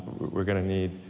we're gonna need